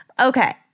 Okay